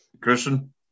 Christian